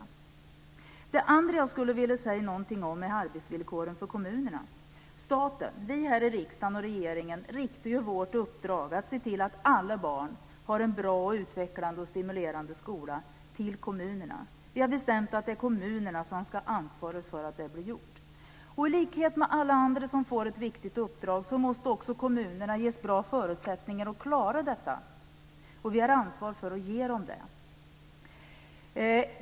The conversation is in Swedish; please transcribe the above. En annan sak som jag skulle vilja säga något om är arbetsvillkoren för kommunerna. Staten - vi här i riksdagen och regeringen - riktar vårt uppdrag, att se till att alla barn har en bra, utvecklande och stimulerande skola, till kommunerna. Vi har bestämt att det är kommunerna som ska ha ansvaret för att det blir gjort. I likhet med alla andra som får ett viktigt uppdrag, måste också kommunerna ges bra förutsättningar att klara detta, och vi har ansvar för att ge dem det.